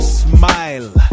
smile